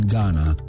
Ghana